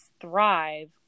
thrive